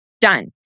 Done